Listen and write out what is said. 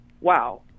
wow